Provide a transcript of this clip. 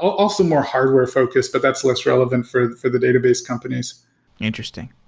also more hardware-focused. but that's less relevant for for the database companies interesting.